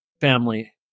family